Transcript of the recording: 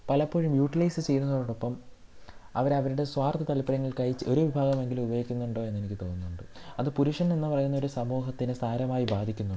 പലപ്പോഴും യൂട്ടിലൈസ് ചെയ്യുന്നതോടൊപ്പം അവർ അവരുടെ സ്വാർത്ഥത താല്പര്യങ്ങൾക്കായി ഒരു വിഭാഗമെങ്കിലും ഉപയോഗിക്കുന്നുണ്ടോ എന്ന് എനിക്ക് തോന്നുന്നുണ്ട് അത് പുരുഷൻ എന്ന് പറയുന്ന ഒരു സമൂഹത്തിന് സാരമായി ബാധിക്കുന്നുണ്ട്